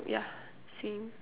oh ya same